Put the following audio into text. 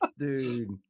Dude